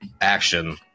action